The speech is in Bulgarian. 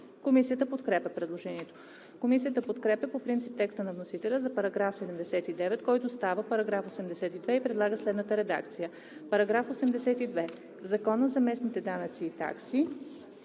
Комисията подкрепя предложението. Комисията подкрепя по принцип текста на вносителя за § 79, който става § 82, и предлага следната редакция: „§ 82. В Закона за местните данъци и такси